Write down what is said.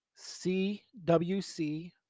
CWC